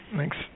Thanks